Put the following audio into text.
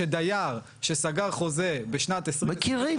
שדייר שסגר חוזה בשנת 2023. מכירים,